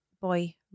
boy